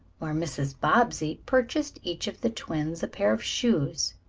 where mrs. bobbsey purchased each of the twins a pair of shoes.